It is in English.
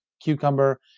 cucumber